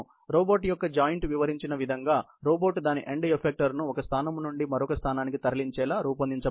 robot యొక్క joint వివరించిన విధంగా రోబోట్ దాని ఎండ్ ఎఫెక్టర్ను ఒక స్థానం నుండి మరొక స్థానానికి తరలించేలా రూపొందించబడింది